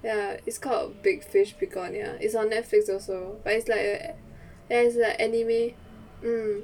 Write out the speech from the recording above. ya it's called big fish begonia is on Netflix also but it's like a it's like an anime mm